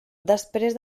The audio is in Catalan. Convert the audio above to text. després